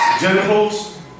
genitals